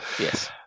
yes